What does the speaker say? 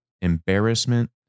embarrassment